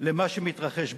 למה שמתרחש.